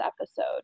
episode